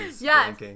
Yes